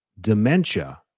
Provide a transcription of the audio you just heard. dementia